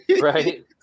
right